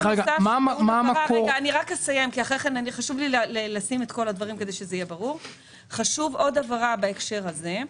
חשובה עוד הבהרה בהקשר הזה: